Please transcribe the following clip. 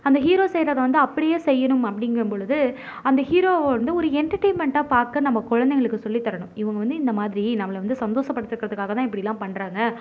அந்த ஹீரோ செய்கிறத வந்து அப்படியே செய்யணும் அப்படிங்கும்பொழுது அந்த ஹீரோவை வந்து ஒரு என்டர்டைன்மெண்ட்டா பார்க்க நம்ம குழந்தைகளுக்கு சொல்லித் தரணும் இவங்க வந்து இந்தமாதிரி நம்மளை வந்து சந்தோஷப்படுத்துறதுக்காக தான் இப்படிலாம் பண்ணுறாங்க